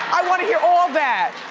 i wanna hear all that.